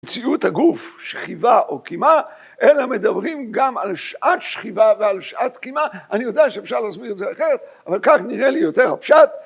מציאות הגוף שכיבה או קימה, אלא מדברים גם על שעת שכיבה ועל שעת קימה, אני יודע שאפשר להסביר את זה אחרת, אבל כך נראה לי יותר הפשט